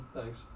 Thanks